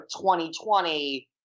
2020